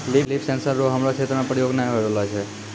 लिफ sensor रो हमरो क्षेत्र मे प्रयोग नै होए रहलो छै